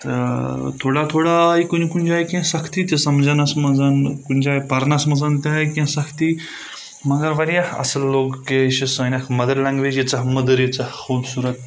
تہٕ تھوڑا تھوڑا آے کُنہِ کُنہِ جایہِ کینٛہہ سَختی تہِ سَمجھنَس منٛز کُنہِ جایہِ پَرنَس منٛز تہِ آے کینٛہہ سَختی مگر واریاہ اَصٕل لوٚگ کہِ یہِ چھِ سانؠکھ مَدَر لینٛگویج ییٚژاہ مٔدٕر ییٖژاہ خوٗبصوٗرت